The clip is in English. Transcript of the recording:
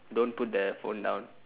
don't put the phone down